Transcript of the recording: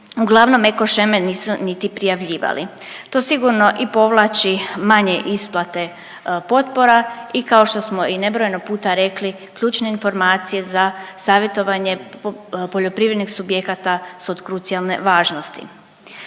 uglavnom eko sheme nisu niti prijavljivali. To sigurno i povlači manje isplate potpora i kao što smo i nebrojeno puta rekli ključne informacije za savjetovanje poljoprivrednih subjekata su od krucijalne važnosti.